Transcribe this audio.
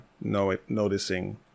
noticing